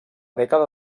dècada